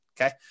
okay